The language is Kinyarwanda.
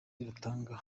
rutanga